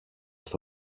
στο